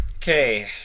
Okay